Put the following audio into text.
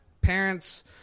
parents